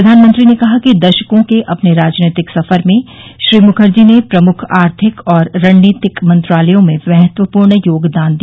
प्रधानमंत्री ने कहा कि दशकों के अपने राजनीतिक सफर में श्री मुखर्जी ने प्रमुख आर्थिक और रणनीतिक मंत्रालयों में महत्वपूर्ण योगदान दिया